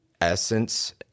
essence